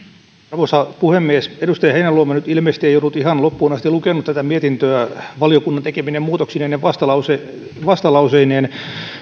arvoisa puhemies edustaja heinäluoma nyt ilmeisesti ei ollut ihan loppuun asti lukenut tätä mietintöä valiokunnan tekemine muutoksineen ja vastalauseineen